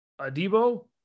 Adibo